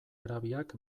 arabiak